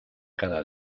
cada